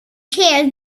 chairs